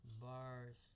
Bars